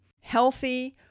healthy